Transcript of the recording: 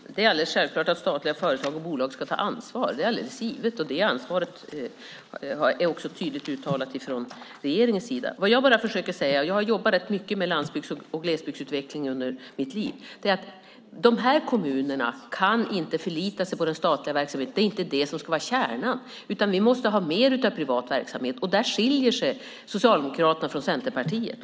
Fru talman! Det är alldeles självklart att statliga företag och bolag ska ta ansvar. Det är alldeles givet, och det ansvaret har regeringen också tydligt uttalat. Jag har jobbat rätt mycket med landsbygds och glesbygdsutveckling under mitt liv, och det jag försöker säga är att dessa kommuner inte kan förlita sig på den statliga verksamheten. Det ska inte vara kärnan. Vi måste ha mer privat verksamhet, och där skiljer det mellan Socialdemokraterna och Centerpartiet.